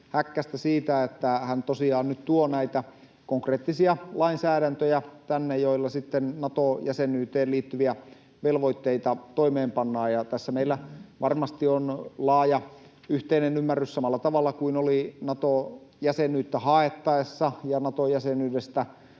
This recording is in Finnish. Häkkästä siitä, että hän tosiaan nyt tuo tänne näitä konkreettisia lainsäädäntöjä, millä sitten Nato-jäsenyyteen liittyviä velvoitteita toimeenpannaan. Tässä meillä varmasti on laaja yhteinen ymmärrys. Samalla tavalla kuin oli Nato-jäsenyyttä haettaessa ja Nato-jäsenyydestä